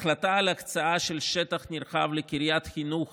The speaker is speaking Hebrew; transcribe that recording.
החלטה על הקצאה של שטח נרחב לקריית חינוך